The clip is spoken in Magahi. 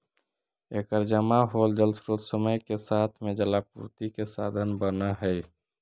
एकर जमा होल जलस्रोत समय के साथ में जलापूर्ति के साधन बनऽ हई